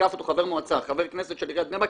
תקף אותו חבר מועצה של עיריית בני ברק